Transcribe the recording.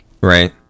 Right